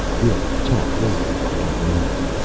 we'll talk later, if you don't mind.